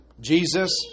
Jesus